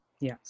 Yes